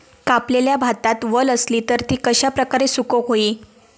कापलेल्या भातात वल आसली तर ती कश्या प्रकारे सुकौक होई?